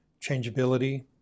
changeability